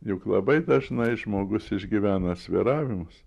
juk labai dažnai žmogus išgyvena svyravimus